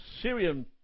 Syrian